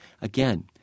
Again